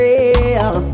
Real